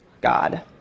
God